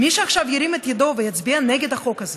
מי שעכשיו ירים את ידו ויצביע נגד החוק הזה,